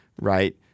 right